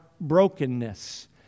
brokenness